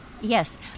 Yes